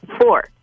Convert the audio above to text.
four